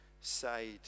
side